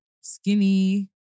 skinny